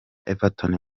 everton